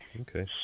Okay